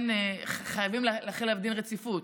חייבים להחיל עליו דין רציפות.